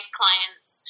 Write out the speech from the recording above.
clients